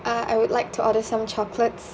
uh I would like to order some chocolates